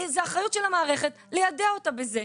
זאת האחריות של המערכת ליידע אותם בזה.